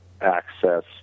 access